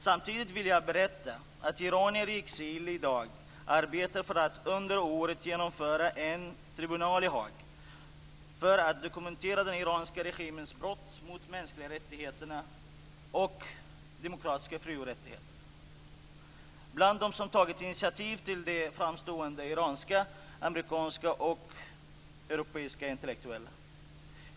Samtidigt vill jag berätta att iranier i exil i dag arbetar för att under året genomföra en tribunal i Haag för att dokumentera den iranska regimens brott mot mänskliga rättigheter och demokratiska fri och rättigheter. Bland dem som tagit initiativ till detta är framstående iranska, amerikanska och europeiska intellektuella.